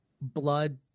Blood